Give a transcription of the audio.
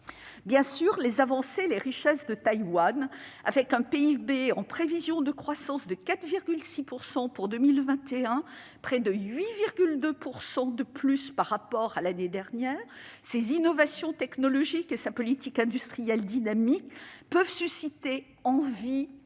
voisin. Les avancées et les richesses de Taïwan, avec un PIB en prévision de croissance de 4,6 % pour 2021- près de 8,2 % de plus au premier trimestre par rapport à l'année dernière -, ses innovations technologiques et sa politique industrielle dynamique peuvent susciter envies, appétits,